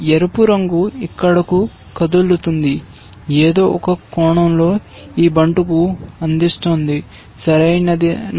ఎరుపు రంగు ఇక్కడకు కదులుతుంది ఏదో ఒక కోణంలో ఈ బంటుకు అందిస్తోంది సరియైనదా